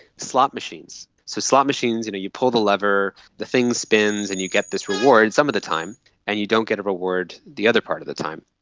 slot machines. so slot machines, and you pull the lever, the thing spins and you get this reward some of the time and you don't get a reward the other part of the time.